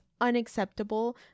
unacceptable